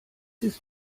ist